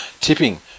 Tipping